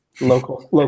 local